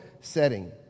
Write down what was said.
setting